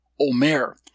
Omer